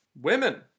Women